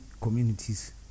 communities